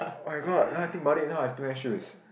oh-my-god now I think about it now I have too many shoes